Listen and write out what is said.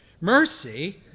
Mercy